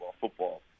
football